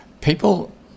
people